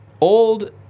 Old